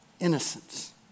innocence